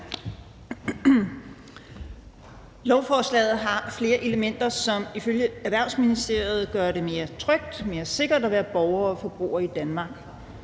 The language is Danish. Lovforslaget har flere elementer, som ifølge Erhvervsministeriet gør det mere trygt og mere sikkert at være borger og forbruger i Danmark.